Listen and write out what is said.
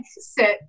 sit